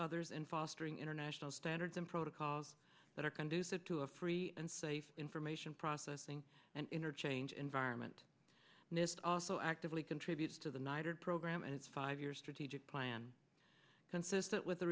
others and fostering international standards and protocols that are conducive to a free and safe information processing and interchange environment nist also actively contributes to the knighthood program and its five years strategic plan consistent with the